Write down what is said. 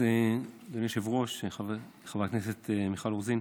אדוני היושב-ראש, חברת הכנסת מיכל רוזין,